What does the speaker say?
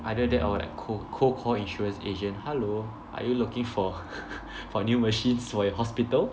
either that or like cold cold call insurance agent hello are you looking for for new machines for your hospital